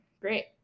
Great